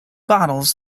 bottles